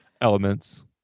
elements